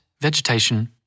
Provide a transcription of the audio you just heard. vegetation